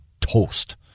toast